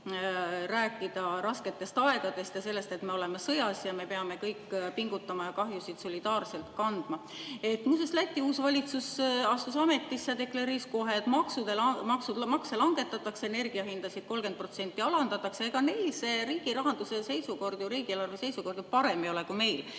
rääkida rasketest aegadest ja sellest, et me oleme sõjas, peame kõik pingutama ja kahjusid solidaarselt kandma. Muuseas, Läti uus valitsus astus ametisse ja deklareeris kohe, et makse langetatakse, energiahindasid alandatakse 30%. Ega neil riigirahanduse seisukord, riigieelarve seisukord ju parem ei ole kui meil.